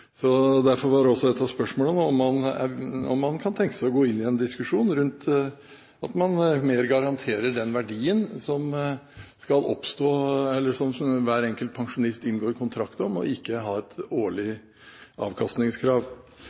så langsiktig profil på sine investeringer som livselskapene har. Det må bli et motsetningsforhold og kan fort føre til altfor kortsiktig horisont når det gjelder mye av det man foretar seg. Derfor var også et av spørsmålene om man kan tenke seg å gå inn i en diskusjon rundt at man mer garanterer den verdien som hver